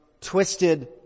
twisted